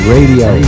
Radio